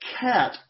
cat